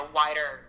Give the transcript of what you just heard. wider